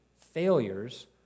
failures